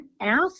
ask